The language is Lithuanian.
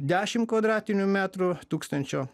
dešim kvadratinių metrų tūkstančio